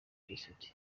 blessed